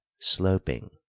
sloping